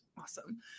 awesome